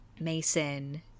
Mason